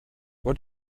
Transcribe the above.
what